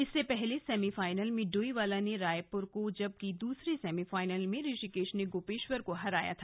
इससे पहले सेमीफाइनल में डोईवाला ने रायपुर को जबकि दूसरे सेमीफाइनल में ऋषिकेश ने गोपेश्वर को हराया था